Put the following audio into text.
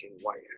White